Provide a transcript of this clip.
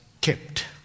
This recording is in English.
kept